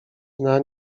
nań